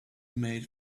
made